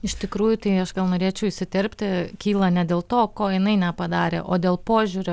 iš tikrųjų tai aš gal norėčiau įsiterpti kyla ne dėl to ko jinai nepadarė o dėl požiūrio